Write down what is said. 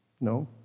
No